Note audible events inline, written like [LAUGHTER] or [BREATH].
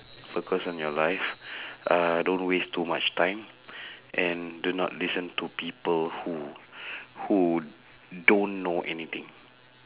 focus on your life [BREATH] uh don't waste too much time and do not listen to people who [BREATH] who don't know anything